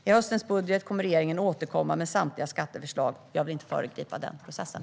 I höstens budget kommer regeringen att återkomma med samtliga skatteförslag. Jag vill inte föregripa den processen.